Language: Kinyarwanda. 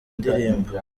indirimbo